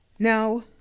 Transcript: Now